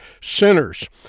sinners